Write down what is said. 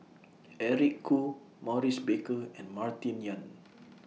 Eric Khoo Maurice Baker and Martin Yan